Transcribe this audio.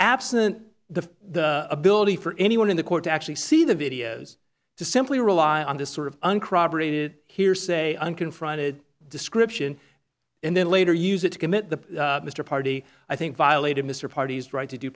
absent the ability for anyone in the court to actually see the video is to simply rely on this sort of uncorroborated hearsay unconfronted description and then later use it to commit the mr party i think violated mr party's right to d